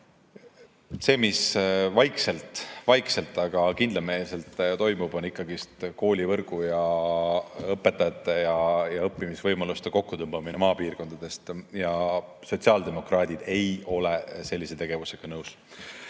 See, mis vaikselt, aga kindlameelselt toimub, on ikkagi koolivõrgu, õpetajate ja õppimisvõimaluste kokkutõmbamine maapiirkondades. Sotsiaaldemokraadid ei ole sellise tegevusega nõus. Ma